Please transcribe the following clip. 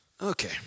Okay